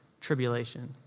tribulation